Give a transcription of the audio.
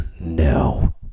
No